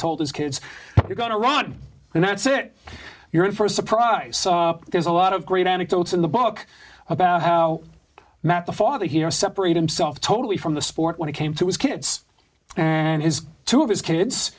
told his kids you're going to rot and that's it you're in for a surprise there's a lot of great anecdotes in the book about how matt the father here separate himself totally from the sport when it came to his kids and his two of his kids